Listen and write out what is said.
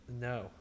No